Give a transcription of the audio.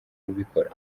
ubikora